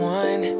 one